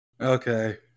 Okay